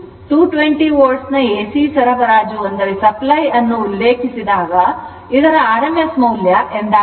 220 volt ನ AC ಸರಬರಾಜನ್ನು ಉಲ್ಲೇಖಿಸಿದಾಗ ಇದರರ್ಥ rms ಮೌಲ್ಯ ಎಂದಾಗುತ್ತದೆ